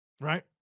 right